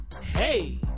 Hey